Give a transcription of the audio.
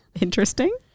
Interesting